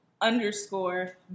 Underscore